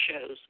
shows